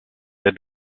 der